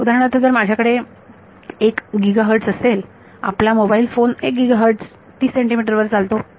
उदाहरणार्थ जर माझ्याकडे 1 गीगा हर्ट्ज असेल आपला mobile phone 1 gigahertz 30 centimetre वर चालतो